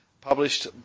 published